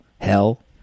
Hell